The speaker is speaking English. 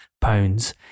pounds